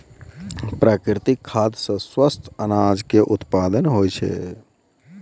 प्राकृतिक खाद सॅ स्वस्थ अनाज के उत्पादन होय छै